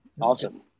Awesome